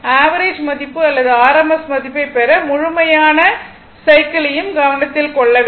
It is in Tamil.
ஆவரேஜ் மதிப்பு அல்லது ஆர்எம்எஸ் மதிப்பைப் பெற முழுமையான சைக்கிளையும் கவனத்தில் கொள்ள வேண்டும்